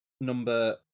number